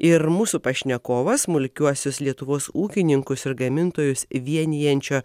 ir mūsų pašnekovas smulkiuosius lietuvos ūkininkus ir gamintojus vienijančio